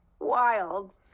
wild